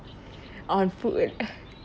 on food